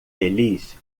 feliz